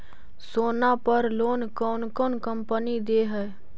सोना पर लोन कौन कौन कंपनी दे है?